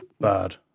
bad